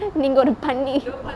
நீங்க ஒரு பண்ணி:neenga oru panni